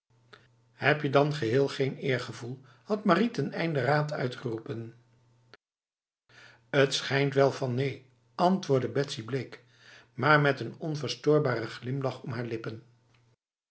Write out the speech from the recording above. heb je dan in het geheel geen eergevoel had marie ten einde raad uitgeroepen t schijnt wel van neen antwoordde betsy bleek maar met een onverstoorbare glimlach om haar lippen